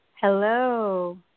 Hello